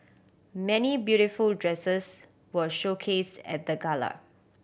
many beautiful dresses were showcased at the gala